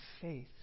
faith